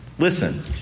Listen